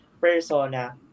persona